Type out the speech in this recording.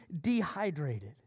dehydrated